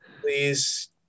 please